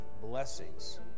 blessings